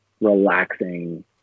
relaxing